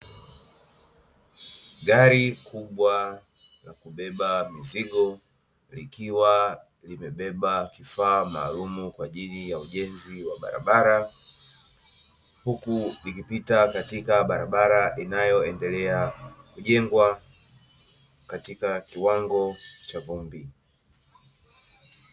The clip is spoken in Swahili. Gari kubwa la kubeba mizigo, likiwa limebeba kifaa maalumu kwa ajili ya ujenzi wa barabara, huku likipita katika barabara inayoendelea kujengwa katika kiwango cha vumbi.